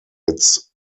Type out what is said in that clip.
its